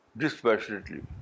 dispassionately